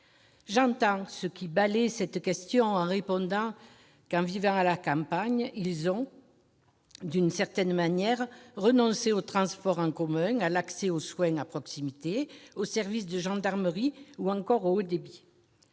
J'entends ceux qui balaient cette question en répondant que, en vivant à la campagne, ils ont, d'une certaine manière, renoncé aux transports en commun, à l'accès aux soins à proximité, aux services de gendarmerie ou encore au haut débit.